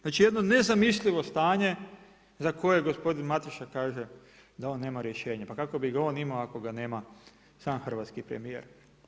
Znači jedno nezamislivo stanje za koje gospodin Mateša da on nema rješenje, pa kako bi ga on imao ako ga nema sam hrvatski premijer?